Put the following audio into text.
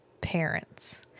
parents